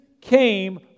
came